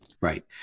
right